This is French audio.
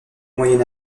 moyen